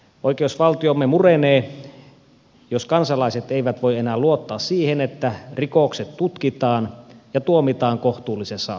oikeusvaltiomme murenee jos kansalaiset eivät voi enää luottaa siihen että rikokset tutkitaan ja tuomitaan kohtuullisessa ajassa